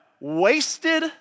wasted